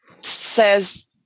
says